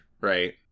right